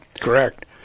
Correct